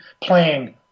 playing